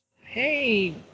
hey